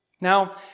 Now